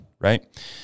Right